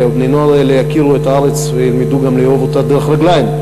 ובני-הנוער האלה יכירו את הארץ וידעו לאהוב אותה גם דרך הרגליים,